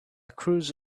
cruise